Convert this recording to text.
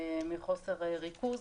מחוסר ריכוז,